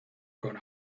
con